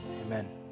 amen